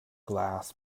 glass